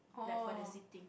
like for the seating